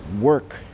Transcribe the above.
work